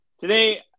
today